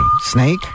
Snake